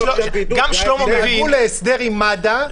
שיעשו הסדר עם מד"א.